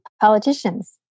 politicians